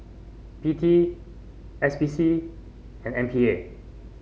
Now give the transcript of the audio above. P T S P C and M P A